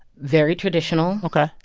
very traditional. ok.